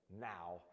now